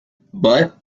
but